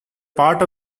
part